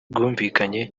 rwumvikanye